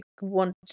want